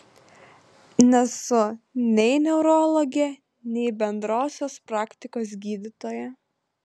nesu nei neurologė nei bendrosios praktikos gydytoja